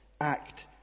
act